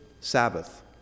Sabbath